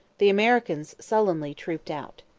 the americans sullenly trooped out.